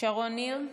יאסר חוג'יראת,